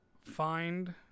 find